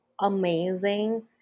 amazing